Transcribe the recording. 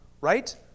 right